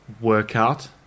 workout